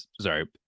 Sorry